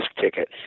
ticket